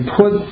put